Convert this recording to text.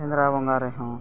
ᱥᱮᱸᱫᱽᱨᱟ ᱵᱚᱸᱜᱟ ᱨᱮᱦᱚᱸ